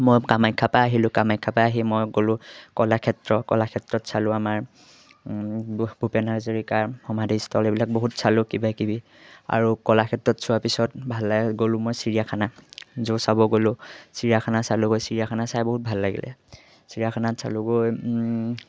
মই কামাখ্যাৰপৰা আহিলোঁ কামাখ্যাৰপা আহি মই গ'লোঁ কলাক্ষেত্ৰ কলাক্ষেত্ৰত চালোঁ আমাৰ ভূপেন হাজৰিকাৰ সমাধিস্থল এইবিলাক বহুত চালোঁ কিবাকিবি আৰু কলাক্ষেত্ৰত চোৱাৰ পিছত ভাল লাগে গ'লোঁ মই চিৰিয়াখানা জু চাব গ'লোঁ চিৰিয়াখানা চালোঁগৈ চিৰিয়াখানা চাই বহুত ভাল লাগিলে চিৰিয়াখানাত চালোঁগৈ